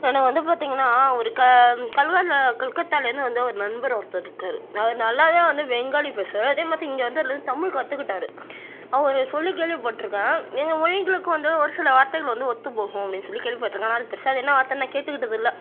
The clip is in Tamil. எனக்கு வந்து பார்த்திங்ன்னா ஒரு கல்கத்தாவில் இருந்து வந்த ஒரு நண்பர் ஒருத்தர் இருக்கார் அவர் நல்லாவே வந்து பெங்காலி பேசுவார் அதே மாதிரி இங்கே வந்துலேருந்து தமிழ் கற்றுக்கிட்டாரு அவரு சொல்லி கேள்விபட்டிருக்கேன் எங்கள் மொழிகளுக்கு வந்து ஒரு சில வார்த்தைகள் வந்து ஒத்துப்போகும் அப்படின்னு சொல்லி கேள்விபட்டிருக்கேன் ஆனால் பெருசாக அது என்ன வார்த்தைன்னு நான் கேட்டு கிட்டது இல்லை